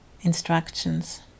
instructions